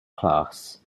class